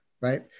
right